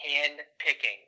Hand-picking